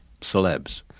celebs